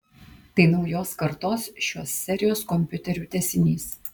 tai naujos kartos šios serijos kompiuterių tęsinys